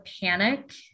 panic